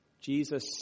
Jesus